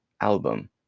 album